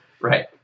right